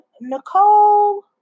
Nicole